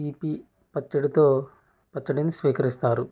తీపి పచ్చడితో పచ్చడిని స్వీకరిస్తారు